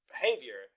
behavior